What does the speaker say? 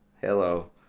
Hello